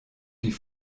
die